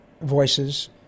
voices